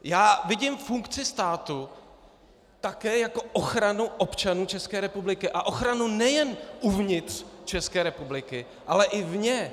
Já vidím funkci státu také jako ochranu občanů České republiky a ochranu nejen uvnitř České republiky, ale i vně.